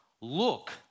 look